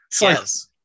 yes